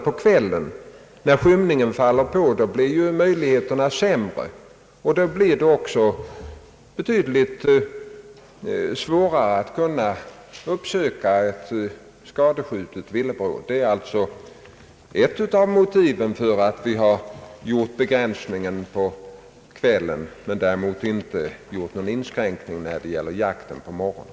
På kvällen är möjligheterna avsevärt sämre att finna ett skadskjutet villebråd. — Detta är ett av motiven till att vi gjort en begränsning av jakten på kvällen men inte någon motsvarande inskränkning på morgonen.